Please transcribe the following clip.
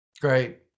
Great